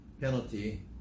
penalty